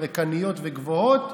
ריקניות וגבוהות,